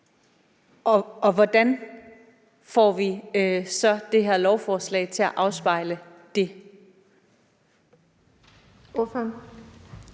Og hvordan får vi så det her lovforslag til at afspejle det?